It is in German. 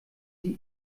sie